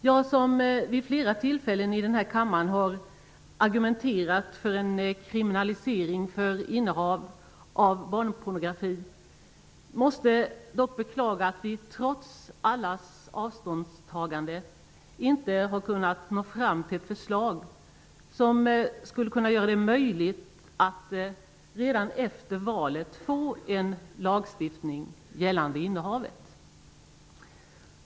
Jag, som vid flera tillfällen i denna kammare har argumenterat för en kriminalisering av innehav av barnpornografi, måste dock beklaga att vi trots allas avståndstagande inte har kunnat nå fram till ett förslag som skulle göra det möjligt att redan efter valet få en lagstiftning gällande innehavet.